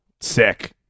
Sick